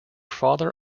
father